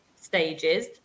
stages